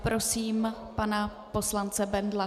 Prosím pana poslance Bendla.